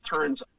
turns